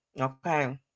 Okay